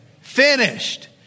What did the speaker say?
finished